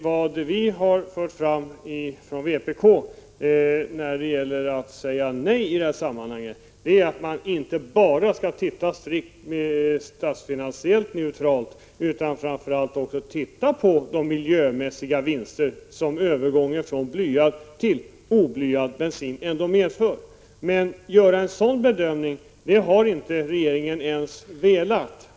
När vi från vpk säger nej i detta sammanhang menar vi att man inte bara skall se på frågan strikt statsfinansiellt neutralt utan framför allt titta på de miljömässiga vinster som övergång från blyad till oblyad bensin medför. Men regeringen har inte ens velat göra en sådan bedömning.